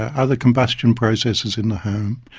other combustion processes in the home,